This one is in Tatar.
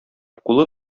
кулы